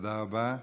תודה רבה.